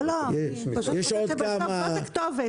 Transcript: לא, פשוט --- זאת הכתובת.